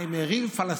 I am a real Palestine,